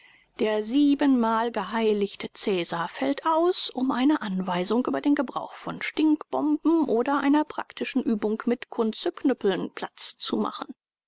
der siebenmal geheiligte cäsar fällt aus um einer anweisung über den gebrauch von stinkbomben oder einer praktischen übung mit kunze-knüppeln platz zu machen